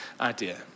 idea